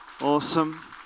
Awesome